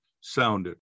sounded